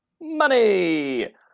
money